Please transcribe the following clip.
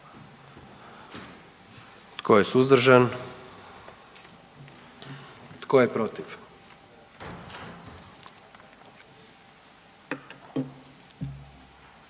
Tko je suzdržan? I tko je protiv?